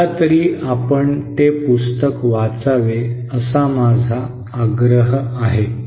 एकदा तरी आपण ते पुस्तक वाचावे असा माझा आग्रह आहे